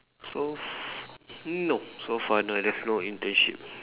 so f~ no so far no there's no internship